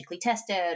tested